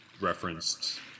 referenced